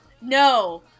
no